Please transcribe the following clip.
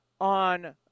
on